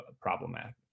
problematic